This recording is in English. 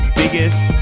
biggest